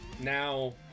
now